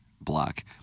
block